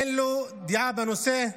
אין לו דעה בנושא?